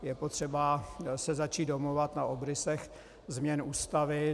Je potřeba se začít domlouvat na obrysech změn ústavy.